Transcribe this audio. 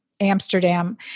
Amsterdam